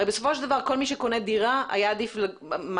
הרי בסופו של דבר כל מי שקונה דירה מעדיף לגור